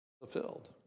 fulfilled